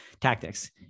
Tactics